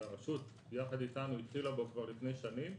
והרשות ביחד איתנו התחילה בו כבר לפני שנים,